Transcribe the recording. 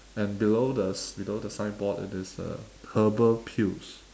and below the s~ below the signboard it is uh herbal pills